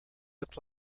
look